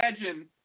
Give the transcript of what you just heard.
imagine